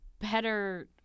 better